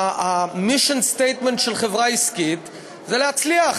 ה-mission statement של חברה עסקית זה להצליח.